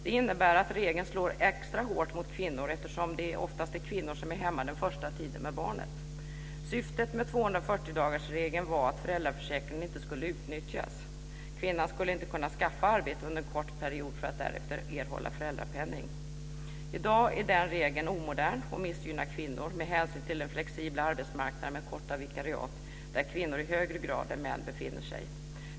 Det innebär att regeln slår extra hårt mot kvinnor, eftersom det oftast är kvinnor som är hemma den första tiden med barnet. Syftet med 240-dagarsregeln var att föräldraförsäkringen inte skulle utnyttjas. Kvinnan skulle inte kunna skaffa arbete under en kort period för att därefter erhålla föräldrapenning. I dag är den regeln omodern och missgynnar kvinnor, med hänsyn till den flexibla arbetsmarknaden med korta vikariat där kvinnor i högre grad än män befinner sig.